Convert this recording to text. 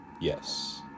Yes